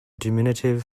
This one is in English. diminutive